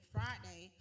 Friday